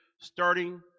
starting